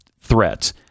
threats